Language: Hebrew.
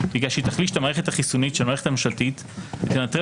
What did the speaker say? בגלל שהיא תחליש את המערכת החיסונית של המערכת הממשלתית ותנטרל